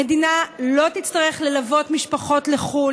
המדינה לא תצטרך ללוות משפחות לחו"ל,